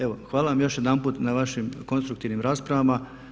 Evo, hvala vam još jedanput na vašim konstruktivnim raspravama.